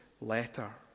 letter